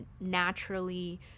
naturally